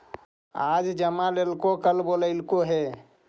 आज जमा लेलको कल बोलैलको हे?